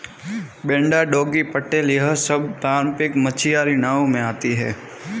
बेड़ा डोंगी पटेल यह सब पारम्परिक मछियारी नाव में आती हैं